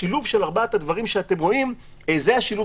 השילוב של ארבעת הדברים שאתם רואים הוא השילוב